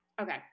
Okay